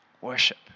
Worship